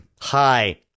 Hi